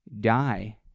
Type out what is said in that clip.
die